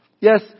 Yes